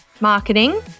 marketing